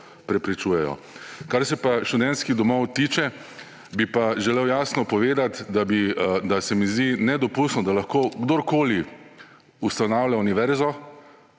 preprečujejo. Kar se pa študentskih domov tiče, bi pa želel jasno povedati, da se mi zdi nedopustno, da lahko kdorkoli ustanavlja univerzo,